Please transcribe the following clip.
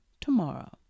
tomorrow